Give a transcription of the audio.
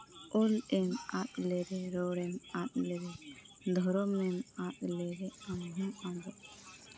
ᱚᱞ ᱮᱢ ᱟᱫ ᱞᱮᱨᱮ ᱨᱚᱲ ᱮᱢ ᱟᱫ ᱞᱮᱨᱮ ᱫᱷᱚᱨᱚᱢᱮᱢ ᱟᱫ ᱞᱮᱨᱮ ᱟᱢᱦᱚᱢ ᱟᱫᱚᱜ